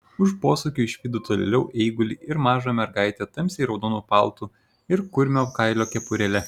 už posūkio išvydo tolėliau eigulį ir mažą mergaitę tamsiai raudonu paltu ir kurmio kailio kepurėle